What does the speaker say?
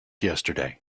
yesterday